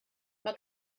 mae